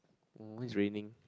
oh it's raining